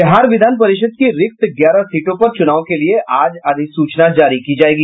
बिहार विधान परिषद के रिक्त ग्यारह सीटों पर चुनाव के लिए आज अधिसूचना जारी की जायेगी